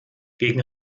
gegen